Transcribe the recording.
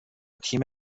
تیم